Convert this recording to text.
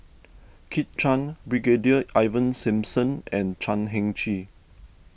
Kit Chan Brigadier Ivan Simson and Chan Heng Chee